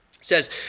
says